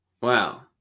wow